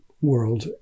world